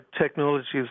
technologies